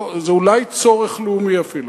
זה אולי צורך לאומי אפילו.